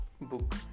book